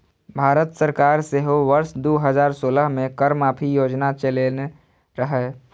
भारत सरकार सेहो वर्ष दू हजार सोलह मे कर माफी योजना चलेने रहै